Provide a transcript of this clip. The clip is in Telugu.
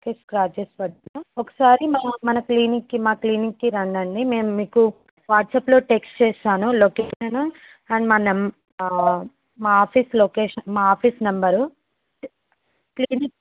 స్క్రాచెచ్స్ పడిన ఒకసారి మా మన క్లినిక్కి మా క్లినిక్కి రండి అండి మేము మీకు వాట్సాప్లో టెక్స్ట్ చేసాను లొకేషన్ అండ్ మా నెంబరు మా ఆఫీస్ లొకేషన్ మా ఆఫీస్ నెంబరు క్లినిక్